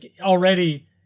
Already